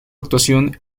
actuación